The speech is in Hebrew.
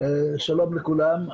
שלום לכולם.